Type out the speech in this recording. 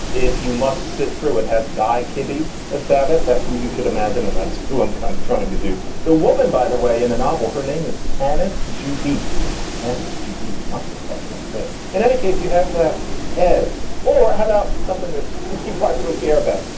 if you must sit through it, has guy kibby as babbitt. that's who you should imagine. and that's who i'm kind of trying to do. the woman, by the way, in the novel, her name is tanaiste du tennis. judy's must have talked like this. in any case, you have that as. or how about something that people actually care about?